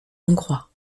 hongrois